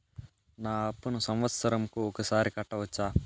నా అప్పును సంవత్సరంకు ఒకసారి కట్టవచ్చా?